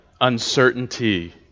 uncertainty